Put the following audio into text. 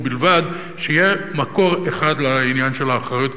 ובלבד שיהיה מקור אחד לעניין של האחריות,